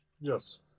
Yes